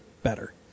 better